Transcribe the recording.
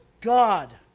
God